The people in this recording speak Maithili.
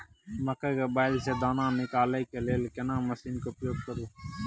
मकई के बाईल स दाना निकालय के लेल केना मसीन के उपयोग करू?